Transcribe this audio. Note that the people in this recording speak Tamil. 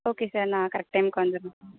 ஓகே சார் நான் கரெக்ட் டைமுக்கு வந்துடறேன் சார்